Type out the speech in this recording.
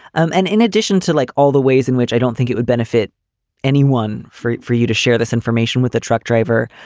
um and in addition to like all the ways in which i don't think it would benefit anyone for it, for you to share this information with a truck driver,